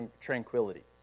tranquility